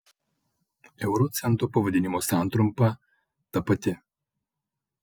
euro cento pavadinimo santrumpa ta pati